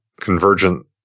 convergent